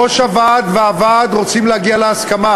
ראש הוועד והוועד רוצים להגיע להסכמה.